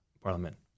parliament